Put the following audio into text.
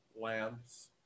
lamps